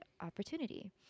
opportunity